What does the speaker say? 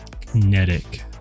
kinetic